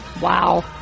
Wow